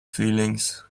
feelings